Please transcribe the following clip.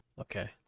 Okay